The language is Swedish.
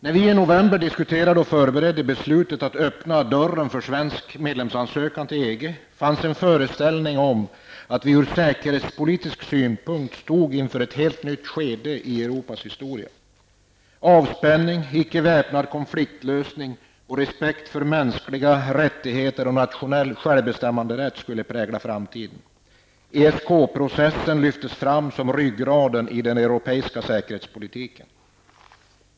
När vi i november diskuterade och förberedde beslutet att öppna dörren för en svensk medlemsansökan till EG, fanns en föreställning om att vi ur säkerhetspolitisk synpunkt stod inför ett helt nytt skede i Europas historia. Avspänning, icke väpnad konfliktlösning samt respekt för mänskliga rättigheter och nationell självbestämmanderätt skulle prägla framtiden. ESK-processen lyftes fram som ryggraden i den europeiska säkerhetspolitiken.